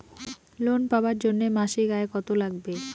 Loan পাবার জন্যে মাসিক আয় কতো লাগবে?